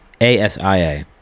A-S-I-A